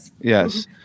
yes